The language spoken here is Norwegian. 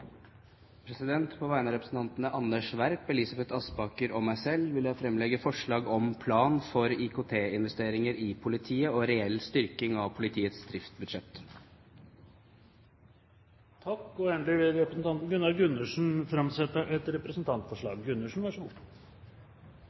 På vegne av representantene Anders B. Werp, Elisabeth Aspaker og meg selv vil jeg fremlegge forslag om plan for IKT-investeringer i politiet og reell styrking av politiets driftsbudsjett. Representanten Gunnar Gundersen vil framsette et representantforslag.